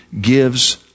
gives